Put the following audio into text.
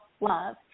love